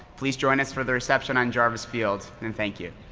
please join us for the reception on jarvis field. and thank you.